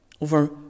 over